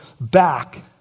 back